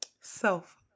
Self